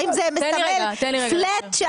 האם זה מסמל פלאט?